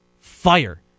fire